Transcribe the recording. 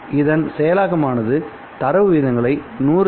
இதன் செயலாக்கமானது தரவு விகிதங்களை 100 ஜி